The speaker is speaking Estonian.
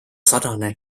sarnane